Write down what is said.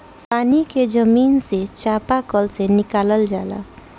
पानी के जमीन से चपाकल से निकालल जाला